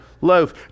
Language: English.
loaf